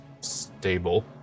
stable